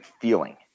feeling